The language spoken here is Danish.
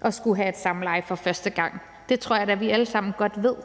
at skulle have et samleje for første gang. Det tror jeg da vi alle sammen godt ved.